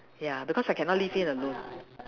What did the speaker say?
ya because I cannot leave him alone